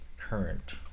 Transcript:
current